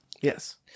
Yes